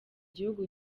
gihugu